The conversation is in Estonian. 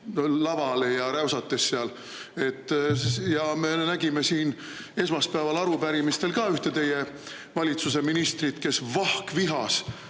lavale ja räusates seal. Ja me nägime siin esmaspäeval arupärimistel ka ühte teie valitsuse ministrit, kes vahkvihas